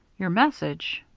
your message?